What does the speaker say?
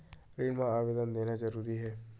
ऋण मा आवेदन देना जरूरी हे?